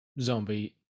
zombie